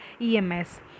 ems